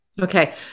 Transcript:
Okay